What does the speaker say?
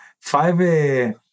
five